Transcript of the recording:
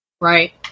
right